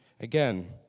again